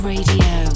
Radio